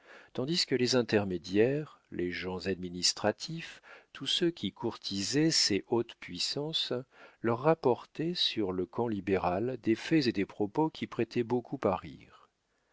tandis que les intermédiaires les gens administratifs tous ceux qui courtisaient ces hautes puissances leur rapportaient sur le camp libéral des faits et des propos qui prêtaient beaucoup à rire